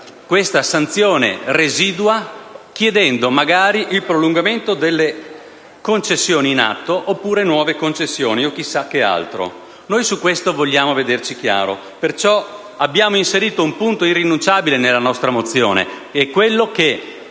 questa sanzione residua chiedendo magari il prolungamento delle concessioni in atto oppure nuove concessioni o chissà che altro. Noi su questo vogliamo vederci chiaro, perciò abbiamo inserito un punto irrinunciabile nella nostra mozione, ossia che